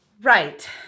right